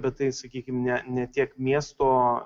bet tai sakykim ne ne tiek miesto